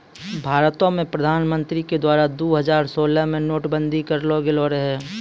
भारतो मे प्रधानमन्त्री के द्वारा दु हजार सोलह मे नोट बंदी करलो गेलो रहै